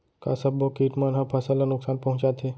का सब्बो किट मन ह फसल ला नुकसान पहुंचाथे?